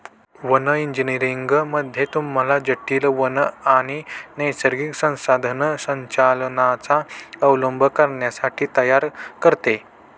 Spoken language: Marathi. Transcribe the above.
वन इंजीनियरिंग मध्ये तुम्हाला जटील वन आणि नैसर्गिक संसाधन संचालनाचा अवलंब करण्यासाठी तयार करते